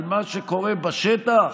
על מה שקורה בשטח?